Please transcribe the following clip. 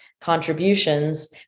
contributions